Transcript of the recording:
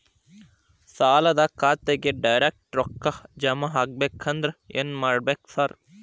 ಸಾಲದ ಖಾತೆಗೆ ಡೈರೆಕ್ಟ್ ರೊಕ್ಕಾ ಜಮಾ ಆಗ್ಬೇಕಂದ್ರ ಏನ್ ಮಾಡ್ಬೇಕ್ ಸಾರ್?